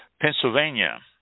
Pennsylvania